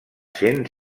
sent